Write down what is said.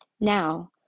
Now